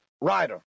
rider